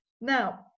now